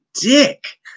dick